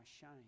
shame